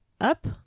up